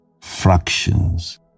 fractions